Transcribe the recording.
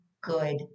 good